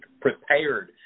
prepared